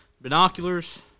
binoculars